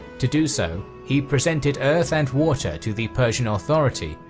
to do so, he presented earth and water to the persian authority,